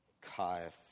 Caiaphas